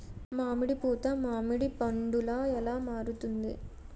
మామిడి పూత మామిడి పందుల ఎలా మారుతుంది?